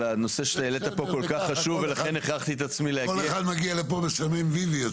ולשתף איתנו פעולה וביחד עם הוועדה להגיע להישגים מאוד גבוהים,